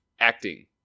Acting